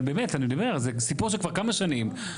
אבל באמת, אני אומר, זה סיפור של כמה שנים.